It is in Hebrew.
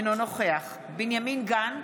אינו נוכח בנימין גנץ,